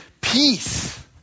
peace